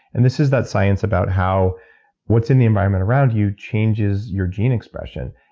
and this is that science about how what's in the environment around you changes your gene expression.